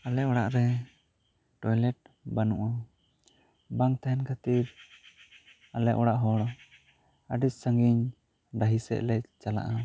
ᱟᱞᱮ ᱚᱲᱟᱜ ᱨᱮ ᱴᱚᱭᱞᱮᱴ ᱵᱟᱹᱱᱩᱜᱼᱟ ᱵᱟᱝ ᱛᱟᱦᱮᱱ ᱠᱷᱟᱹᱛᱤᱨ ᱟᱞᱮ ᱚᱲᱟᱜ ᱦᱚᱲ ᱟᱹᱰᱤ ᱥᱟ ᱜᱤᱧ ᱰᱟᱺᱦᱤ ᱥᱮᱫ ᱞᱮ ᱪᱟᱞᱟᱜᱼᱟ